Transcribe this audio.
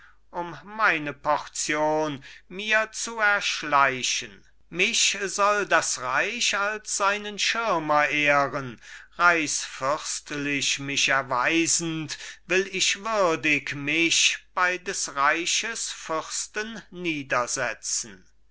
um meine portion mir zu erschleichen mich soll das reich als seinen schirmer ehren reichsfürstlich mich erweisend will ich würdig mich bei des reiches fürsten